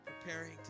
preparing